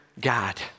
God